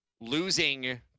losing